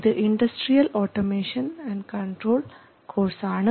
ഇത് industrial automation and control course ആണ്